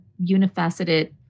unifaceted